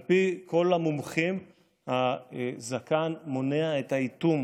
על פי כל המומחים הזקן מונע את האיטום